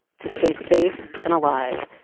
to stay safe and alive,